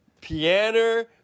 Pianer